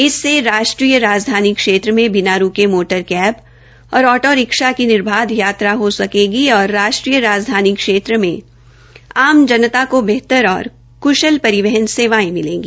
इससे राष्ट्रीय राजधानी क्षेत्र में बिना रूके मोटर कैब और ऑटो रिक्शा की निर्बाध यात्रा हो सकेगी और राष्ट्रीय राजधानी क्षेत्र में आम जनता को बेहतर और क्शल परिवहन सेवाएं मिलेंगी